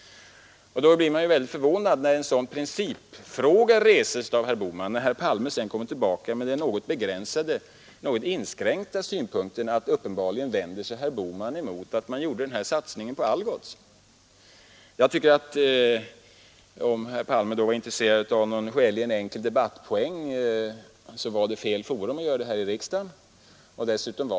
Därför blir man väldigt förvånad när en sådan principfråga reses av herr Bohman och herr Palme sedan kommer tillbaka med den något inskränkta synpunkten att uppenbarligen vänder sig herr Bohman emot att man gjorde den här satsningen på Algots. Om herr Palme var intresserad av någon skäligen enkel debattpoäng så tycker jag det var fel att välja riksdagen som forum.